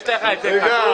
יש לך את זה כתוב?